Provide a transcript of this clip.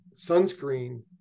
sunscreen